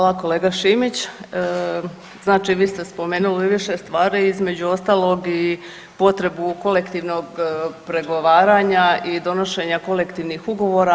E hvala kolega Šimić, znači vi ste spomenuli više stvari, između ostalog i potrebu kolektivnog pregovaranja i donošenja kolektivnih ugovora.